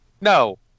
No